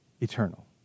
eternal